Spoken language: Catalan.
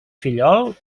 fillol